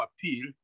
Appeal